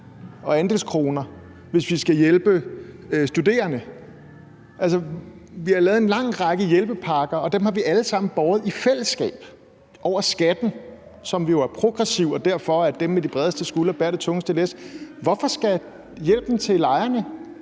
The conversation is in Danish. og andelskroner, hvis vi skal hjælpe studerende? Vi har lavet en lang række hjælpepakker, og dem har vi alle sammen båret i fællesskab over skatten, som jo er progressiv og derfor betyder, at dem med de bredeste skuldre bærer det tungeste læs. Hvorfor skal hjælpen til lejerne